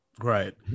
right